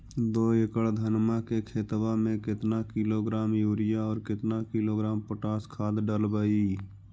दो एकड़ धनमा के खेतबा में केतना किलोग्राम युरिया और केतना किलोग्राम पोटास खाद डलबई?